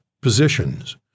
positions